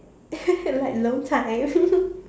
like alone time